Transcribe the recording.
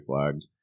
flagged